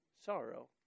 sorrow